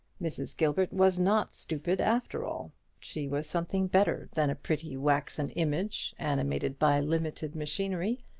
mrs. gilbert was not stupid, after all she was something better than a pretty waxen image, animated by limited machinery.